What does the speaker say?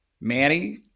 Manny